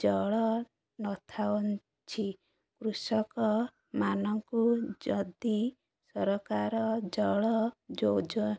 ଜଳ ନଥାଉଛି କୃଷକମାନଙ୍କୁ ଯଦି ସରକାର ଜଳ ଯୋ